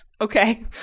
Okay